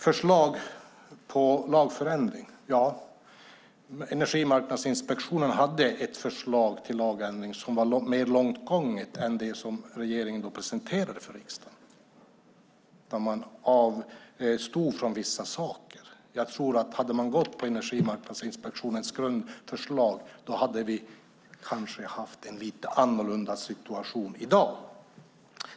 Förslag till lagförändring: Ja, Energimarknadsinspektionen hade ett förslag till lagändring som var mer långtgående än det som regeringen då presenterade för riksdagen där man avstod från vissa saker. Hade man gått på Energimarknadsinspektionens grundförslag tror jag att vi hade haft en lite annorlunda situation i dag.